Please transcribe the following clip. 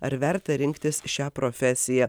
ar verta rinktis šią profesiją